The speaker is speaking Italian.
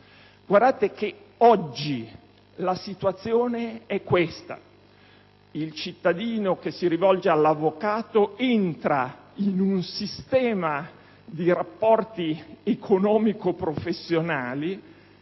cittadino. Oggi la situazione è questa. Il cittadino che si rivolge all'avvocato entra in un sistema di rapporti economico-professionali